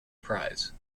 prize